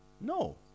No